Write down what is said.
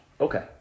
Okay